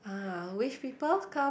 ah which people come